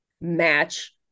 match